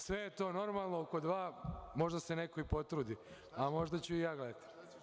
Sve je to normalno, oko dva, možda se neko potrudi, a možda ću i ja gledati.